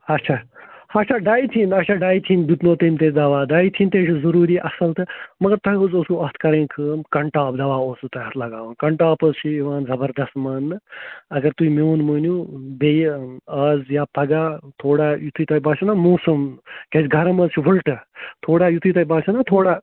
آچھا آچھا ڈَیتھیٖن آچھا ڈَیتھیٖن دیُتنو تیٚمۍ تۄہہِ دَوا ڈَیتھیٖن تے چھُ ضٔروٗری اَصٕل تہٕ مگر تۄہہِ حظ اوسوُ اَتھ کَرٕنۍ کٲم کَنٹاپ دَوا اوسوُ تۄہہِ اَتھ لَگاوُن کَنٹاپ حظ چھُ یِوان زبَردَس مانٛنہٕ اَگر تُہۍ میون مٲنِو بیٚیہِ آز یا پَگاہ تھوڑا یُتھُے تۄہہِ باسیو نَہ موسَم کیٛازِ گَرَم حظ چھُ وٕلٹہٕ تھوڑا یُتھُے تۄہہِ باسیو نَہ تھوڑا